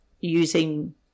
using